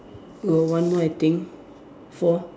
got one more I think four